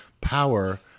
power